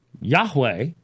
Yahweh